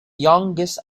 youngest